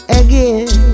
again